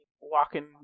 walking